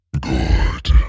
good